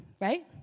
right